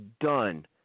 done